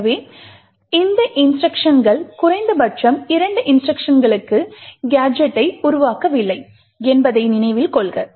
எனவே இந்த இன்ஸ்ட்ருக்ஷன்கள் குறைந்தபட்சம் இந்த இரண்டு இன்ஸ்ட்ருக்ஷன்களும் கேஜெட்டை உருவாக்கவில்லை என்பதை நினைவில் கொள்க